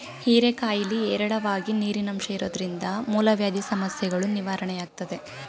ಹೀರೆಕಾಯಿಲಿ ಹೇರಳವಾಗಿ ನೀರಿನಂಶ ಇರೋದ್ರಿಂದ ಮೂಲವ್ಯಾಧಿ ಸಮಸ್ಯೆಗಳೂ ನಿವಾರಣೆಯಾಗ್ತದೆ